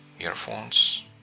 earphones